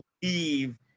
believe